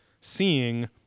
seeing